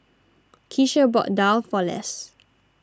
Keisha bought Daal for Les